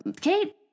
Kate